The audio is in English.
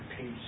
peace